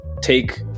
take